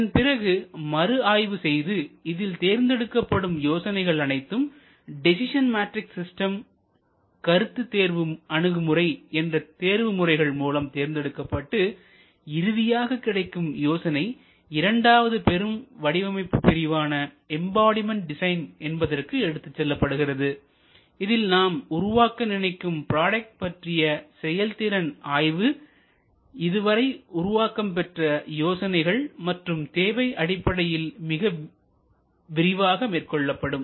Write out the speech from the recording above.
இதன்பிறகு மறுஆய்வு செய்து இதில் தேர்ந்தெடுக்கப்படும் யோசனைகள் அனைத்தும் டெசிசன் மேட்ரிஸ் சிஸ்டம் கருத்து தேர்வு அணுகுமுறை என்ற தேர்வு முறைகள் மூலம் தேர்ந்தெடுக்கப்பட்டு இறுதியாக கிடைக்கும் யோசனை இரண்டாவது பெரும் வடிவமைப்பு பிரிவான எம்பாடிமெண்ட் டிசைன் என்பதற்கு எடுத்துச் செல்லப்படுகிறது இதில் நாம் உருவாக்க நினைக்கும் ப்ராடக்ட் பற்றிய செயல்திறன் ஆய்வு இதுவரை உருவாக்கம் பெற்ற யோசனைகள் மற்றும் தேவை அடிப்படையில் மிக விரிவாக மேற்கொள்ளப்படும்